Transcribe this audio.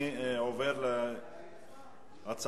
בעד - 6, אין מתנגדים ואין נמנעים.